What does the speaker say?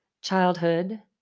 childhood